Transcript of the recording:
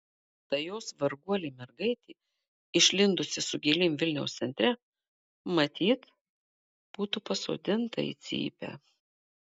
ta jos varguolė mergaitė išlindusi su gėlėm vilniaus centre matyt būtų pasodinta į cypę